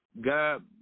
God